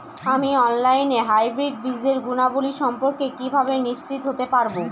আমি অনলাইনে হাইব্রিড বীজের গুণাবলী সম্পর্কে কিভাবে নিশ্চিত হতে পারব?